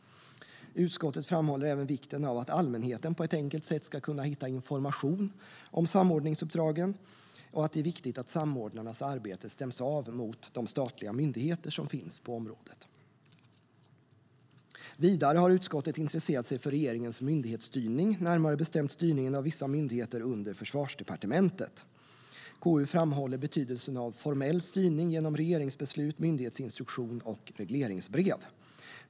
Utskottet framhåller även vikten av att allmänheten på ett enkelt sätt ska kunna hitta information om samordningsuppdragen och att det är viktigt att samordnarnas arbete stäms av mot de statliga myndigheter som finns på området. Vidare har utskottet intresserat sig för regeringens myndighetsstyrning, närmare bestämt styrningen av vissa myndigheter under Försvarsdepartementet. KU framhåller betydelsen av formell styrning genom regeringsbeslut, myndighetsinstruktion och regleringsbrev.